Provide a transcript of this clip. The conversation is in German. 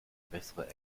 bessere